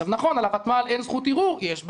אז נכון, על הותמ"ל אין זכות ערעור, יש בג"ץ,